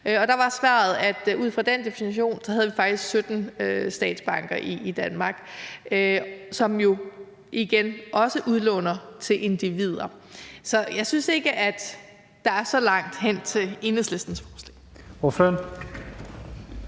Og der var svaret, at ud fra den definition havde vi faktisk 17 statsbanker i Danmark, som jo, igen, også udlåner til individer. Så jeg synes ikke, at der er så langt hen til Enhedslisten. Kl.